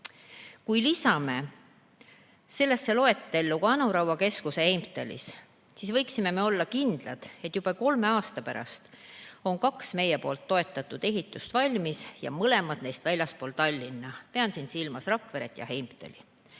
Kui lisame sellesse loetellu ka Anu Raua keskuse Heimtalis, siis võime olla kindlad, et juba kolme aasta pärast on kaks meie poolt toetatud ehitist valmis ja mõlemad neist väljaspool Tallinna. Pean siin silmas Rakveret ja Heimtali.